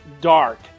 dark